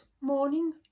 morning